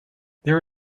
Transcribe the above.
there